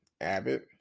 Abbott